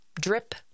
Drip